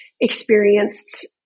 experienced